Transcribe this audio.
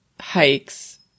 hikes